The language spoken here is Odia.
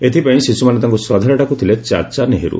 ଏଥିପାଇଁ ଶିଶୁମାନେ ତାଙ୍କୁ ଶ୍ରଦ୍ବାରେ ଡାକୁଥିଲେ ଚାଚା ନେହେରୁ